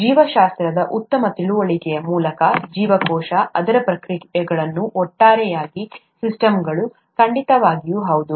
ಜೀವಶಾಸ್ತ್ರದ ಉತ್ತಮ ತಿಳುವಳಿಕೆಯ ಮೂಲಕ ಜೀವಕೋಶ ಅದರ ಪ್ರಕ್ರಿಯೆಗಳು ಒಟ್ಟಾರೆಯಾಗಿ ಸಿಸ್ಟಮ್ಗಳು ಖಂಡಿತವಾಗಿಯೂ ಹೌದು